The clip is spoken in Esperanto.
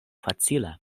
facila